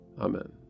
Amen